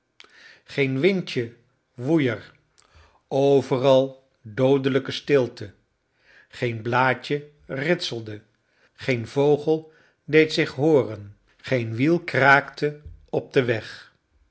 geen windje woei er overal doodelijke stilte geen blaadje ritselde geen vogel deed zich hooren geen wiel kraakte op den weg